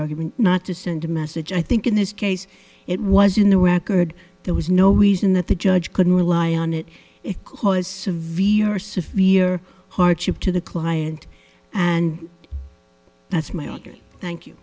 argument not to send a message i think in this case it was in the record there was no reason that the judge couldn't rely on it it was severe or severe hardship to the client and that's my orders thank you